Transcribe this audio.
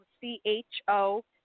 C-H-O